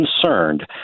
concerned